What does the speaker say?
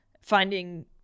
finding